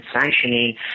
sanctioning